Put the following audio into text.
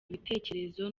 ibitekerezo